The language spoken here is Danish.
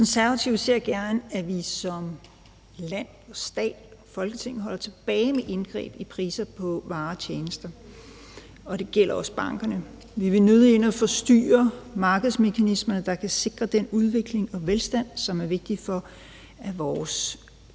Konservative ser gerne, at vi som land og stat og Folketing holder os tilbage med indgreb i priser på varer og tjenester, og det gælder også bankerne. Vi vil nødig ind at forstyrre markedsmekanismerne, der kan sikre den udvikling og velstand, som er vigtig, for at vores land